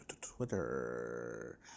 Twitter